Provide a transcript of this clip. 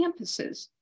campuses